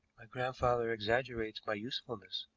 my grandfather exaggerates my usefulness,